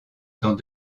dans